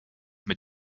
mit